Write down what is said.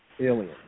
alien